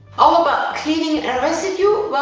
ah about cleaning and residue?